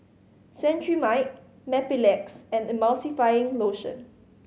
Cetrimide Mepilex and Emulsying Motion